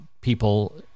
people